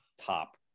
top